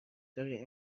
دارای